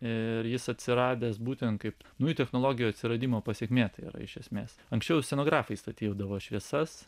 ir jis atsiradęs būtent kaip naujųjų technologijų atsiradimo pasekmė tai yra iš esmės anksčiau scenografai statydavo šviesas